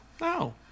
no